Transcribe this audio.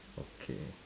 okay